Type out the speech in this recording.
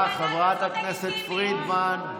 תודה, חברת הכנסת פרידמן.